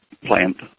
plant